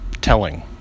telling